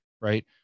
Right